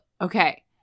okay